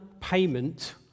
payment